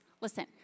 Listen